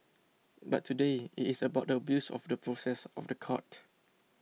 but today it is about the abuse of the process of the court